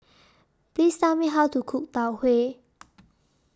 Please Tell Me How to Cook Tau Huay